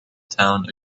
town